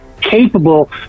capable